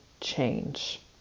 change